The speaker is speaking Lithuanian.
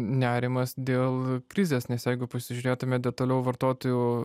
nerimas dėl krizės nes jeigu pasižiūrėtume detaliau vartotojų